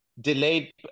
delayed